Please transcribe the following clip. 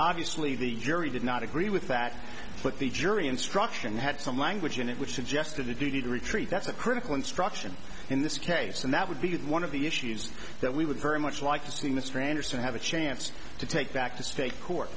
obviously the jury did not agree with that but the judge every instruction had some language in it which suggested the duty to retreat that's a critical instruction in this case and that would be one of the issues that we would very much like to see in the strands to have a chance to take back to state court